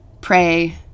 pray